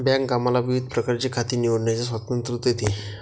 bank आम्हाला विविध प्रकारची खाती निवडण्याचे स्वातंत्र्य देते